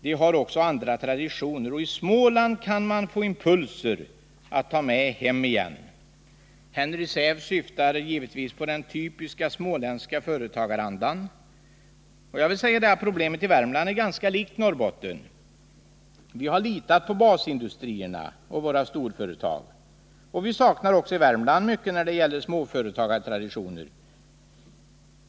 De har också andra traditioner. Och i Småland kan man få impulser att ta med hem igen. Henry Sääf syftar givetvis på den typiska småländska företagarandan. Problemet i Värmland är ganska likt det i Norrbotten. Vi har litat på basindustrierna och våra storföretag, och vi saknar också mycket när det gäller småföretagartraditioner.